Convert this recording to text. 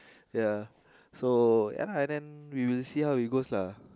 yeah so yeah and then we'll see how it goes lah